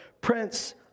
Prince